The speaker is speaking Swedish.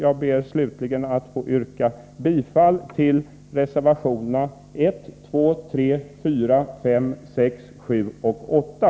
Jag ber slutligen att få yrka bifall till reservationerna 1, 2,3,4, 5,6, 7 och 8.